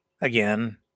again